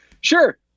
sure